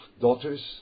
daughters